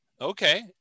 Okay